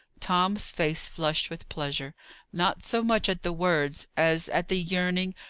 tom's face flushed with pleasure not so much at the words as at the yearning,